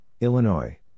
Illinois